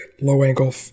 low-angle